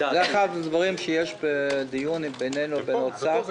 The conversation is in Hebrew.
זה אחד האתגרים שיש בינינו לאוצר.